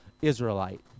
Israelite